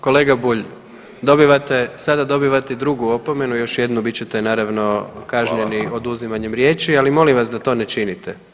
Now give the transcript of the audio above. Kolega Bulj, dobivate, sada dobivate i drugu opomenu još jednu bit ćete naravno kažnjeni oduzimanjem riječi, ali molim vas da to ne činite.